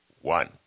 one